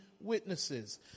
witnesses